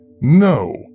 No